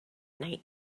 night